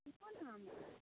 ई कोन ठाम अइ